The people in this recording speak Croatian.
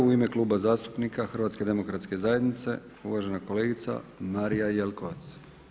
U ime Kluba zastupnika HDZ-a uvažena kolegica Marija Jelkovac.